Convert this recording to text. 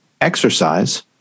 exercise